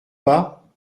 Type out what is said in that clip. pas